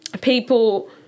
people